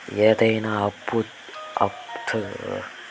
ఏదైనా అప్పు తీసుకొని కట్టకుండా నేను సచ్చిపోతే ఎవరు కట్టాలి?